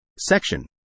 Section